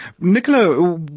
Nicola